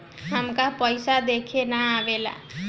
हमका पइसा देखे ना आवेला?